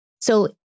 So-